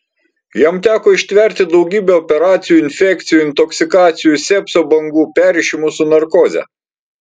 jam teko ištverti daugybę operacijų infekcijų intoksikacijų sepsio bangų perrišimų su narkoze